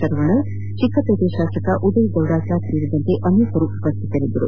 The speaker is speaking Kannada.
ಶರವಣ ಚಿಕ್ಕ ಪೇಟೆ ಶಾಸಕ ಉದಯ್ ಗುರುಡಾಚಾರ್ ಸೇರಿದಂತೆ ಅನೇಕರು ಉಪಸ್ಥಿತರಿದ್ದರು